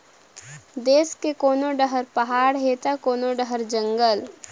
देस के कोनो डहर पहाड़ हे त कोनो डहर जंगल